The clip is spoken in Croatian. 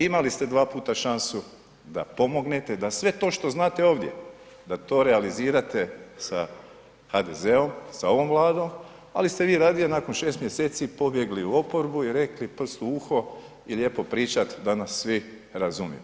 Imali ste 2 puta šansu da pomognete, da sve to što znate ovdje, da to realizirate sa HDZ-om sa ovom Vladom, ali ste vi radije nakon 6 mjeseci pobjegli u oporbu i rekli prst u uho i lijepo pričat da nas svi razumiju.